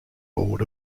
board